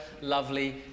lovely